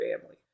family